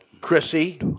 chrissy